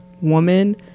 woman